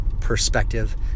perspective